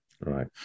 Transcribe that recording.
Right